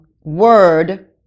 word